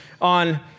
on